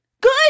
Good